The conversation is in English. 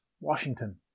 Washington